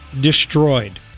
destroyed